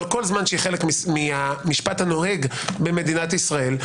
כל זמן שהיא חלק מהמשפט הנוהג במדינת ישראל,